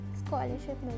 scholarship